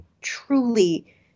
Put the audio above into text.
truly